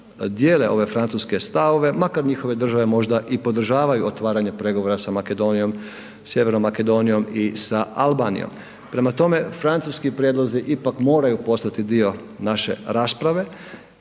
dijele ove francuske stavove, makar njihove države možda i podržavaju otvaranje pregovora sa Sjevernom Makedonijom i sa Albanijom. Prema tome, francuski prijedlozi ipak moraju postati dio naše rasprave,